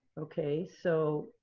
okay. so,